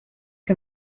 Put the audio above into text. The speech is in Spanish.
que